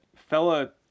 Fella